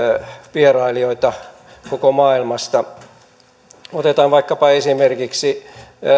vierailijoita koko maailmasta otetaan vaikkapa esimerkiksi